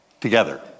Together